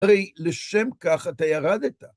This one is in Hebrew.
הרי לשם כך אתה ירדת.